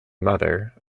mother